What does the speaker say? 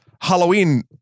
Halloween